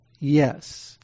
Yes